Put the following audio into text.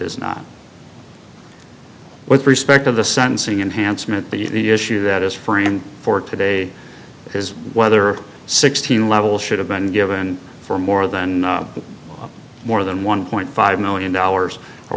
is not with respect to the sentencing unhandsome at the issue that is framed for today is whether sixteen levels should have been given for more than more than one point five million dollars or